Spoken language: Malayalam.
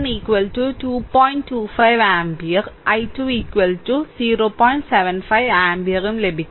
75 ആമ്പിയർ ലഭിക്കും